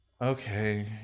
okay